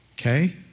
Okay